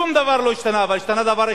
שום דבר לא השתנה אבל השתנה דבר אחד,